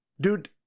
Dude